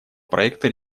проекта